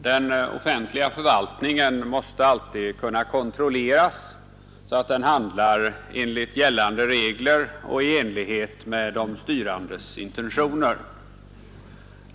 Herr talman! Den offentliga förvaltningen måste alltid kunna kontrolleras, så att den handlar enligt gällande regler och i enlighet med de styrandes intentioner.